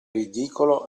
ridicolo